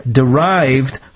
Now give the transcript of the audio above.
derived